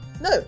no